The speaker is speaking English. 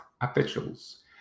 officials